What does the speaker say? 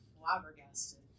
flabbergasted